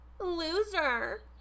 Loser